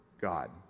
God